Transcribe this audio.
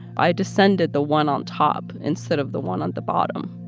i descended the one on top instead of the one on the bottom